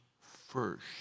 first